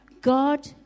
God